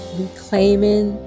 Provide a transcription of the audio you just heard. reclaiming